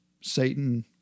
Satan